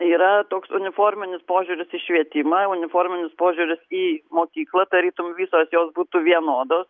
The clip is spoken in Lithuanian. yra toks uniforminis požiūris į švietimą uniforminis požiūris į mokyklą tarytum visos jos būtų vienodos